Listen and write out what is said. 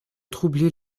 troubler